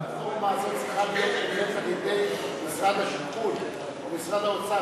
הרפורמה הזאת צריכה להיות על-ידי משרד השיכון או משרד האוצר,